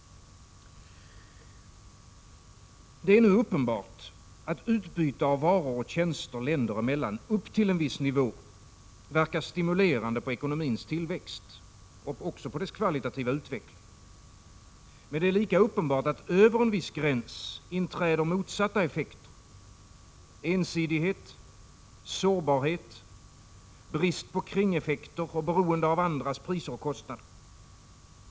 Det är nu uppenbart att utbyte av varor och tjänster länder emellan upp till en viss nivå verkar stimulerande på ekonomins tillväxt och också på dess kvalitativa utveckling. Men det är lika uppenbart att över en viss gräns motsatta effekter inträder: ensidighet, sårbarhet, brist på kringeffekter och beroende av andras priser och kostnader.